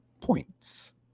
points